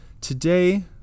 Today